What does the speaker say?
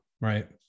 Right